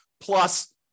plus